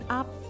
up